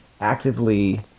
actively